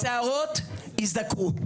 השערות יזדקרו.